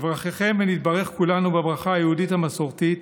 יברככם ונתברך כולנו בברכה היהודית המסורתית,